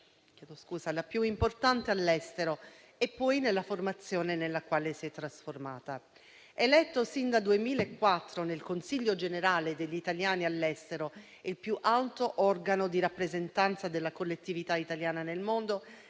la più importante all'estero, e poi nella formazione nella quale si è trasformata. Eletto sin dal 2004 nel Consiglio generale degli italiani all'estero, il più alto organo di rappresentanza della collettività italiana nel mondo,